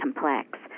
complex